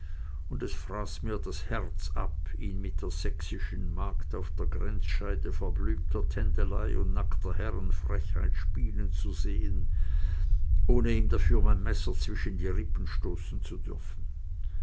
und es fraß mir das herz ab ihn mit der sächsischen magd auf der grenzscheide verblümter tändelei und nackter herrenfrechheit spielen zu sehen ohne ihm dafür mein messer zwischen die rippen stoßen zu dürfen